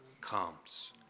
comes